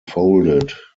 folded